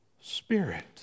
Spirit